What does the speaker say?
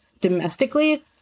domestically